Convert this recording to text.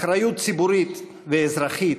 אחריות ציבורית ואזרחית